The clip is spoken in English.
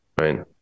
Right